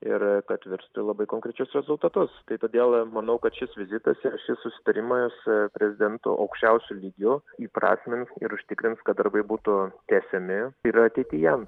ir kad virstų į labai konkrečius rezultatus tai todėl manau kad šis vizitas ir šis susitarimas prezidentų aukščiausiu lygiu įprasmins ir užtikrins kad darbai būtų tęsiami ir ateityje